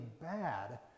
bad